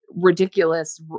ridiculous